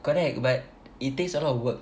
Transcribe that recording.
correct but it takes a lot of work